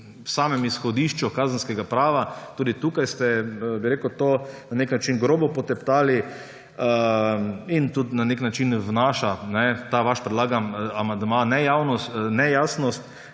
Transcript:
v samem izhodišču kazenskega prava, tudi tukaj ste to na nek način grobo poteptali in na nek način vnaša ta vaš predlagani amandma nejasnost